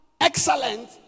excellent